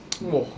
!whoa!